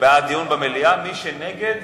בעד דיון במליאה, מי שנגד,